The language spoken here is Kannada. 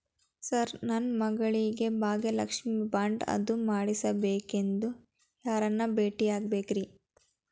ಸರ್ ನನ್ನ ಮಗಳಿಗೆ ಭಾಗ್ಯಲಕ್ಷ್ಮಿ ಬಾಂಡ್ ಅದು ಮಾಡಿಸಬೇಕೆಂದು ಯಾರನ್ನ ಭೇಟಿಯಾಗಬೇಕ್ರಿ?